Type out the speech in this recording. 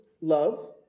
love